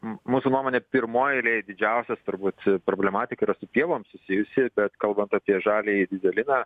m mūsų nuomonėj pirmoj eilėj didžiausias turbūt problematika yra su pievom susijusi bet kalbant apie žaliąjį dyzeliną